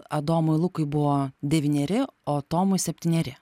adomui lukui buvo devyneri o tomui septyneri